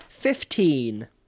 Fifteen